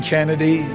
Kennedy